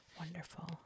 wonderful